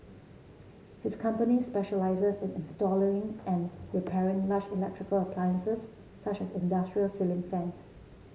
his company specialises in and repairing large electrical appliances such as industrial ceiling